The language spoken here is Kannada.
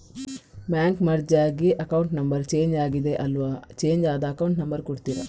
ಬ್ಯಾಂಕ್ ಮರ್ಜ್ ಆಗಿ ಅಕೌಂಟ್ ನಂಬರ್ ಚೇಂಜ್ ಆಗಿದೆ ಅಲ್ವಾ, ಚೇಂಜ್ ಆದ ಅಕೌಂಟ್ ನಂಬರ್ ಕೊಡ್ತೀರಾ?